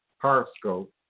horoscope